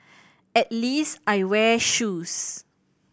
at least I wear shoes